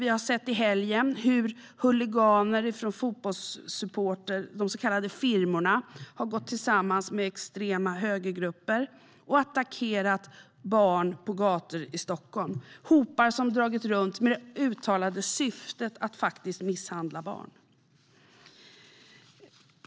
Vi har i helgen sett hur fotbollshuliganer från de så kallade firmorna har gått samman med extrema högergrupper och attackerat barn på gatorna i Stockholm - hopar som dragit runt med det uttalade syftet att faktiskt misshandla barn.